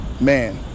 man